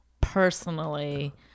personally